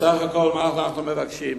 בסך הכול, מה אנחנו מבקשים?